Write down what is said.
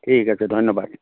ঠিক আছে ধন্যবাদ